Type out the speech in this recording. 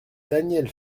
daniel